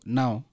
now